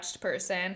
person